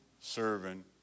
serving